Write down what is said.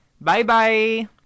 bye-bye